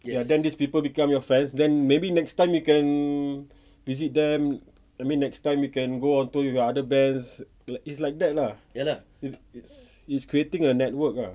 but then these people become your friends then maybe next time you can visit them I mean next time you can go on tour with other bands it's like that ah it's it's it's creating a network ah